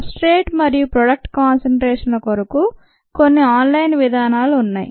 substrate మరియు product concentration ల కొరకు కొన్ని ఆన్ లైన్ విధానాలున్నాయి